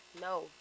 No